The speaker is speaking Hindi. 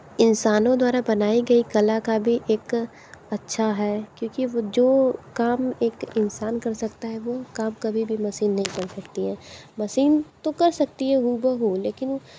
इंसानों द्वारा बनाई गई कला का भी एक अच्छा है क्योंकि वो जो काम एक इंसान कर सकता है वो काम कभी भी मसीन नहीं कर सकती है मसीन तो कर सकती है हू ब हू लेकिन